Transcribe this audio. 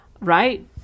right